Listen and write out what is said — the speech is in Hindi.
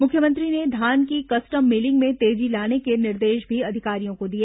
मुख्यमंत्री ने धान की कस्टम मिलिंग में तेजी लाने के निर्देश भी अधिकारियों को दिए